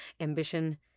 Ambition